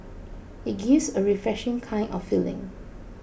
it gives a refreshing kind of feeling